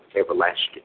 everlasting